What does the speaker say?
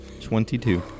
Twenty-two